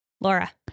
Laura